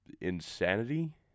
insanity